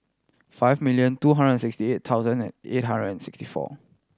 five million two hundred and sixty eight thousand and eight hundred and sixty four